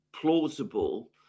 plausible